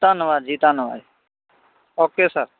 ਧੰਨਵਾਦ ਜੀ ਧੰਨਵਾਦ ਓਕੇ ਸਰ